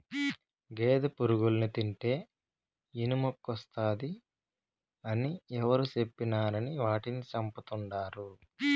గేదె పురుగుల్ని తింటే ఇనుమెక్కువస్తాది అని ఎవరు చెప్పినారని వాటిని చంపతండాడు